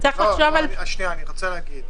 זה שנים כך.